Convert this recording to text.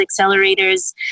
accelerators